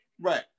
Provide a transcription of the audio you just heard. right